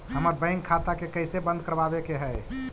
हमर बैंक खाता के कैसे बंद करबाबे के है?